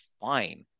fine